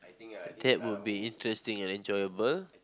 that would be interesting and enjoyable